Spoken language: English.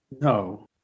No